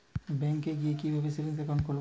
ব্যাঙ্কে গিয়ে কিভাবে সেভিংস একাউন্ট খুলব?